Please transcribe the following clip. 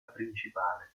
principale